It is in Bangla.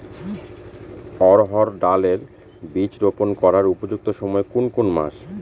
অড়হড় ডাল এর বীজ রোপন করার উপযুক্ত সময় কোন কোন মাস?